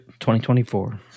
2024